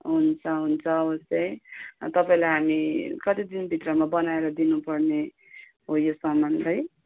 हुन्छ हुन्छ अवश्यै तपाईँलाई हामी कति दिनभित्रमा बनाएर दिनुपर्ने हो यो सामान चाहिँ